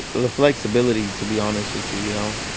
the flexibility to be honest with you, you know.